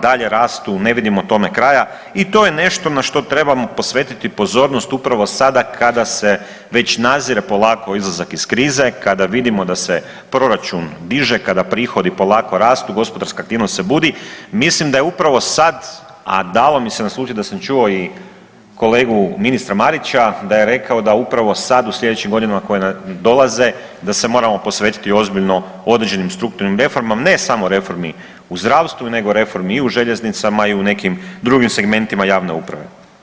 dalje rastu, ne vidimo tome kraja i to je nešto na što trebamo posvetiti pozornost upravo sada kada se već nazire polako izlazak iz krize, kada vidimo da se proračun diže, kada prihodi polako rastu, gospodarska aktivnost se budi, mislim da je upravo sad, a dalo mi se naslutit da sam čuo i kolegu ministra Marića da je rekao da upravo sad u slijedećim godinama koje nam dolaze da se moramo posvetiti ozbiljno određenim strukturnim reformama, ne samo reformi u zdravstvu, nego reformi i u željeznicama i u nekim drugim segmentima javne uprave.